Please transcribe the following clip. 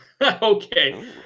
Okay